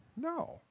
No